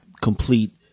Complete